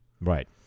right